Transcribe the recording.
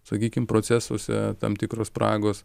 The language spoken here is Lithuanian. sakykim procesuose tam tikros spragos